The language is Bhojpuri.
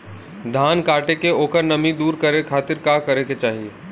धान कांटेके ओकर नमी दूर करे खाती का करे के चाही?